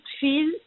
feel